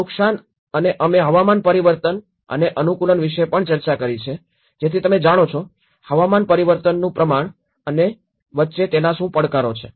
ઘણાં નુકસાન અને અમે હવામાન પરિવર્તન અનુકૂલન વિશે પણ ચર્ચા કરી છે જેથી તમે જાણો છો હવામાન પરિવર્તનનું પ્રમાણ અને વચ્ચે શું પડકારો છે